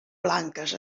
blanques